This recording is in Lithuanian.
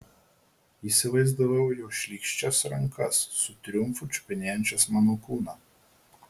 įsivaizdavau jo šlykščias rankas su triumfu čiupinėjančias mano kūną